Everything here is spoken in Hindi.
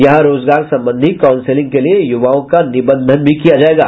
यहां रोजगार संबंधी काउंसिलिंग के लिये युवाओं का निबंधन भी किया जायेगा